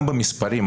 גם במספרים,